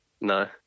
No